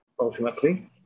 ultimately